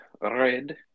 red